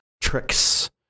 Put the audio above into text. tricks